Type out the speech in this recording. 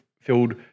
filled